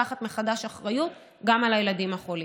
לוקחת מחדש אחריות גם על הילדים החולים.